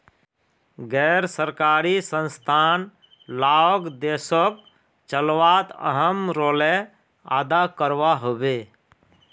गैर सरकारी संस्थान लाओक देशोक चलवात अहम् रोले अदा करवा होबे